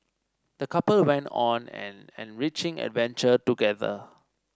the couple went on an enriching adventure together